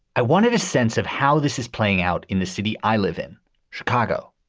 i wanted a sense of how this is playing out in the city i live in chicago,